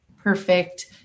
perfect